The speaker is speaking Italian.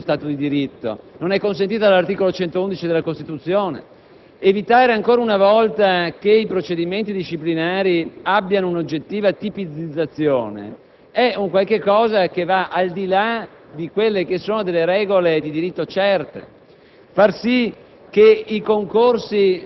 che non è consentita in uno Stato di diritto e non è consentita dall'articolo 111 della Costituzione. Evitare, ancora una volta, che i procedimenti disciplinari abbiamo un'oggettiva tipizzazione è un qualche cosa che va al di là delle regole di diritto certe.